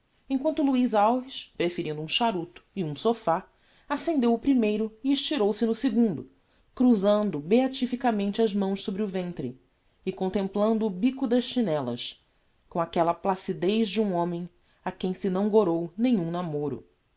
quanto luiz alves preferindo um charuto e um sophá accendeu o primeiro e estirou se no segundo cruzando beatificamente as mãos sobre o ventre e contemplando o bico das chinellas com aquella placidez de um homem a quem se não gorou nenhum namoro